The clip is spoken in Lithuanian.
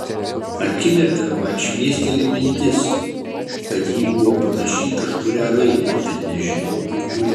akimirką man šmėsteli mintis kad ji buvo panaši į kažkurią raidę bet nežinau į kurią